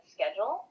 Schedule